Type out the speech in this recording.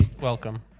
Welcome